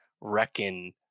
reckon